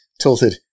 tilted